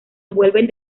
vuelven